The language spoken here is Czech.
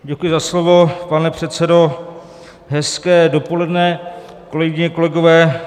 Děkuji za slovo, pane předsedo, hezké dopoledne, kolegyně, kolegové.